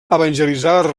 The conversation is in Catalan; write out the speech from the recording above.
evangelitzar